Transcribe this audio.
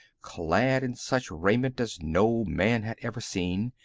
clad in such raiment as no man had ever seen,